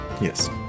Yes